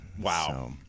Wow